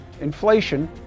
inflation